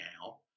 now